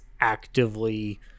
actively